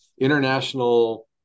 International